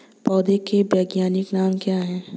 पौधों के वैज्ञानिक नाम क्या हैं?